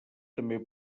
també